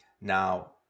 Now